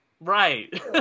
Right